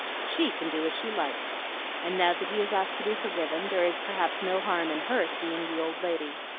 she can do as she likes and now that he has asked to be forgiven, there is perhaps no harm in her seeing the old lady.